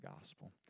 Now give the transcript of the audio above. gospel